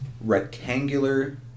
rectangular